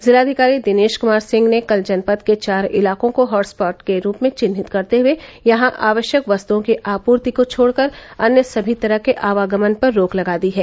जिलाधिकारी दिनेश कुमार सिंह ने कल जनपद के चार इलाकों को हॉटस्पॉट के रूप में चिन्हित करते हुए यहां आवश्यक वस्तुओं की आपूर्ति को छोड़कर अन्य सभी तरह के आवागमन पर रोक लगा दी है